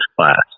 class